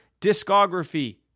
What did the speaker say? discography